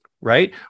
right